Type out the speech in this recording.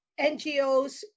NGOs